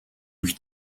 үед